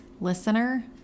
listener